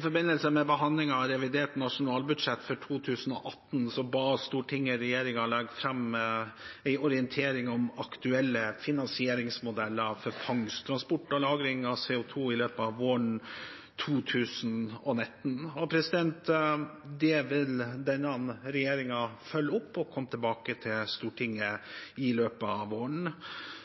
forbindelse med behandlingen av revidert nasjonalbudsjett for 2018 ba Stortinget regjeringen legge fram en orientering om aktuelle finansieringsmodeller for fangst, transport og lagring av CO 2 i løpet av våren 2019. Det vil denne regjeringen følge opp og komme tilbake til Stortinget med i løpet av våren.